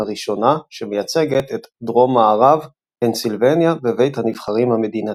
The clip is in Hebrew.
הראשונה שמייצגת את דרום-מערב פנסילבניה בבית הנבחרים המדינתי.